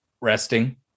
resting